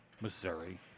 Missouri